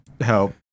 help